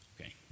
Okay